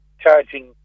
charging